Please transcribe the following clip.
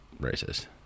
racist